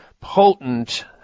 potent